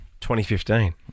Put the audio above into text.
2015